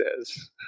says